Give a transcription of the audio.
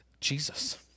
Jesus